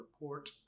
report